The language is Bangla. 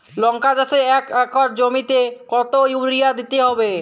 লংকা চাষে এক একর জমিতে কতো ইউরিয়া দিতে হবে?